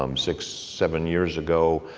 um six, seven years ago,